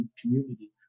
community